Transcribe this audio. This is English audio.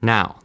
Now